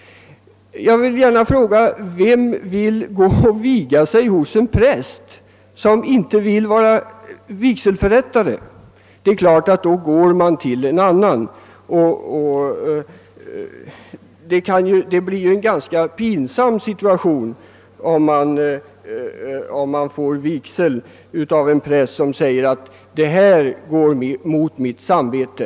Jag vill gärna fråga: Vem vill vigas av en präst som inte vill vara vigselförrättare? Det är klart att då går man tilt en annan. Det måste vara en ganska pinsam situation att bli vigd av en präst som säger: Detta strider mot mitt samvete.